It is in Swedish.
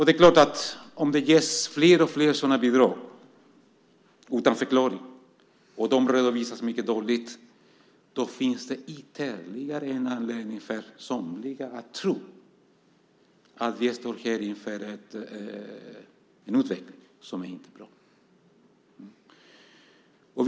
Det är klart att om det ges fler och fler sådana bidrag utan förklaring och om de redovisas mycket dåligt, då finns det ytterligare en anledning för somliga att tro att vi här står inför en utveckling som inte är bra.